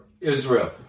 Israel